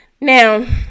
Now